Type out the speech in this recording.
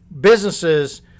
businesses